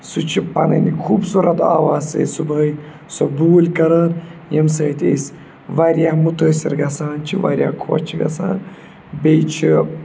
سُہ چھُ پَنٕنۍ خوٗبصوٗرت آواز سۭتۍ صُبحٲے سُہ بوٗلۍ کَران ییٚمہِ سۭتۍ أسۍ واریاہ مُتٲثر گژھان چھِ واریاہ خۄش چھِ گژھان بیٚیہِ چھِ